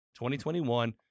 2021